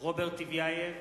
רוברט טיבייב,